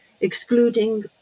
excluding